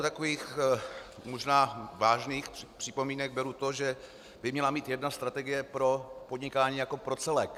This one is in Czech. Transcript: Za jednu z takových možná vážných připomínek beru to, že by měla být jedna strategie pro podnikání jako pro celek.